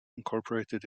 incorporated